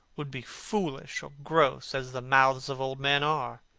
would be foolish or gross, as the mouths of old men are.